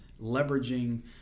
leveraging